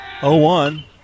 0-1